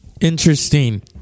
Interesting